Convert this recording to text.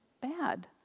bad